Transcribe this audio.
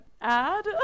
add